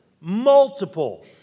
multiple